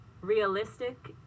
realistic